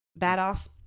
badass